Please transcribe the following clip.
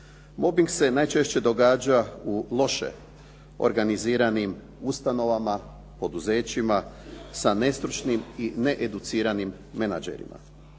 Mobing se najčešće događa u loše organiziranim ustanovama, poduzećima sa nestručnim i needuciranim menadžerima.